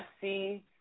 see